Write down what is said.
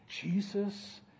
Jesus